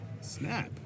Snap